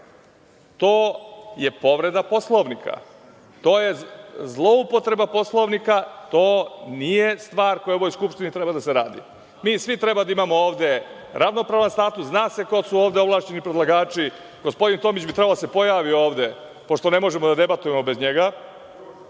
To je povreda Poslovnika. To je zloupotreba Poslovnika. To nije stvar koja u ovoj Skupštini treba da se radi. Mi svi ovde treba da imamo ravnopravan status. Zna se ko su ovde ovlašćeni predlagači. Gospodin Tomić bi trebao da se pojavi ovde, pošto ne možemo da debatujemo bez njega.